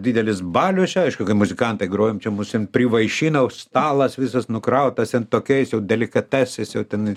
didelis balius čia aišku kai muzikantai grojam čia mus privaišino stalas visas nukrautas ten tokiais jau delikatesais jau tenai